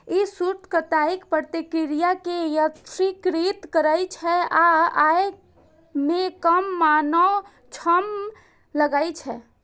ई सूत कताइक प्रक्रिया कें यत्रीकृत करै छै आ अय मे कम मानव श्रम लागै छै